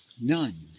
none